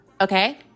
Okay